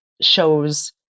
shows